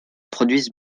produisent